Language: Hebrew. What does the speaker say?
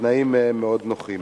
בתנאים מאוד נוחים.